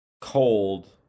cold